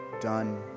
done